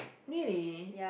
really